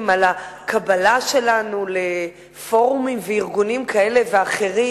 על הקבלה שלנו לפורומים וארגונים כאלה ואחרים.